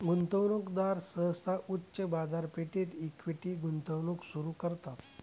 गुंतवणूकदार सहसा उच्च बाजारपेठेत इक्विटी गुंतवणूक सुरू करतात